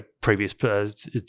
previous